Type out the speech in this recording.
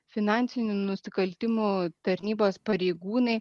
finansinių nusikaltimų tarnybos pareigūnai